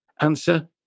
Answer